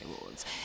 awards